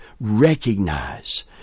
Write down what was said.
recognize